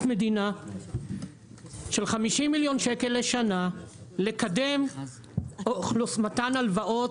מדינה של 50 מיליון שקל לשנה לקדם מתן הלוואות